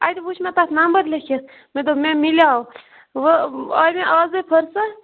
اَتہِ وُچھ مےٚ تتھ نمبر لیٚکھِتھ مےٚ دوٚپ مےٚ مِلیٚو وۄنۍ آیہِ مےٚ آزے فرصت